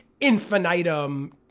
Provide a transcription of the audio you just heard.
infinitum